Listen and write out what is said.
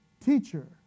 Teacher